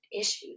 issues